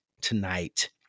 tonight